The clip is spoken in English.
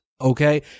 Okay